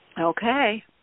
okay